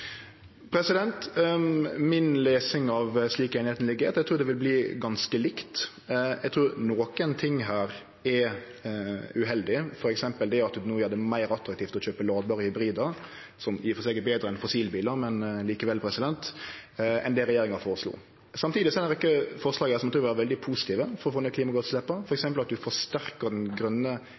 lesing av slik einigheita ligg, er at eg trur det vil verte ganske likt. Eg trur nokon ting er uheldige, f.eks. at ein no gjer det meir attraktivt å kjøpe ladbare hybridar – som i og for seg er betre enn fossilbilar, men likevel – enn det regjeringa føreslo. Samtidig er det ei rekkje forslag her som eg trur vil vere veldig positive for å få ned klimagassutsleppa, f.eks. at ein forsterkar den